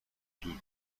دور